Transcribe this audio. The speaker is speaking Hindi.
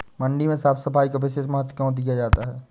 मंडी में साफ सफाई का विशेष महत्व क्यो दिया जाता है?